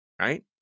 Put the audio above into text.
right